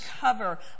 cover